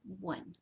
one